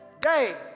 day